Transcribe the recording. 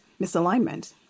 misalignment